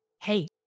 Hey